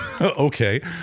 Okay